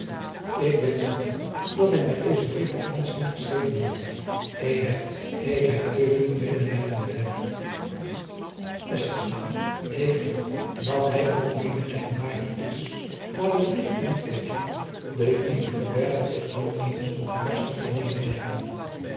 k wenschte wel dat hij mij dezen brief althans niet geschreven had k heb ik heb te veel medelijden met hem k geloof dat hij ook medelijden waardig is aar bedrieg u niet mijn kind e liefde verbergt zich wel eens onder het masker van medelijden